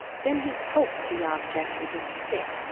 then he poked the object with his stick.